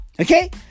Okay